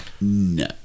No